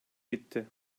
gitti